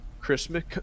christmas